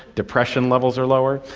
depression levels are lower.